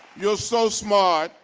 you're so smart,